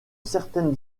certaine